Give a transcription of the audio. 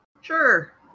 Sure